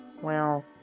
Well